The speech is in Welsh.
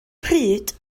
pryd